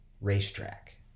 racetrack